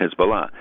Hezbollah